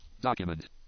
document